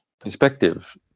perspective